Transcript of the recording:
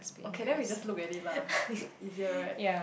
okay then we just look at it lah easier right